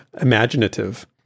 imaginative